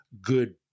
good